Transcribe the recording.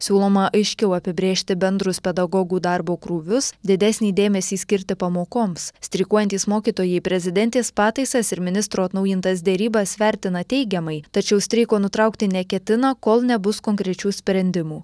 siūloma aiškiau apibrėžti bendrus pedagogų darbo krūvius didesnį dėmesį skirti pamokoms streikuojantys mokytojai prezidentės pataisas ir ministro atnaujintas derybas vertina teigiamai tačiau streiko nutraukti neketina kol nebus konkrečių sprendimų